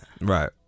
Right